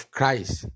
Christ